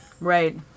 Right